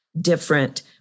different